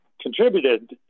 contributed